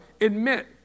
admit